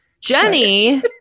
Jenny